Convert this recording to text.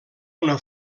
una